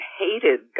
hated